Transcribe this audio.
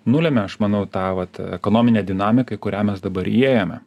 nulemia aš manau tą vat ekonominę dinamiką kurią mes dabar įėjome